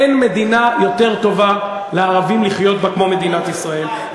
אין מדינה יותר טובה לערבים לחיות בה כמו מדינת ישראל,